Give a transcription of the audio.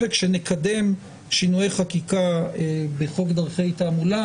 וכשנקדם שינויי חקיקה בחוק דרכי תעמולה,